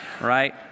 Right